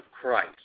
Christ